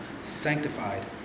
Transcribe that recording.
sanctified